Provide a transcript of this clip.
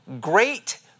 great